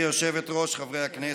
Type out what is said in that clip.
הכנסת,